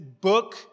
book